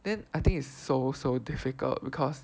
then I think it's so so difficult because